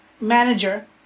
manager